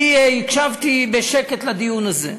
הקשבתי בשקט לדיון הזה,